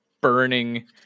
burning